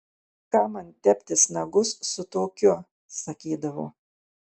kam man teptis nagus su tokiu sakydavo